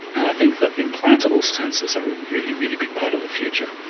and i think that implantable sensors are a really, really big part of the future.